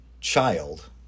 child